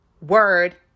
word